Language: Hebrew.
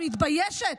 אני מתביישת,